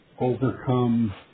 overcome